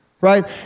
right